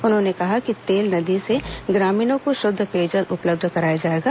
उन्होंने कहा कि तेल नदी से ग्रामीणों को शुद्ध पेयजल उपलब्ध कराया जाएगा